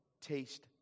taste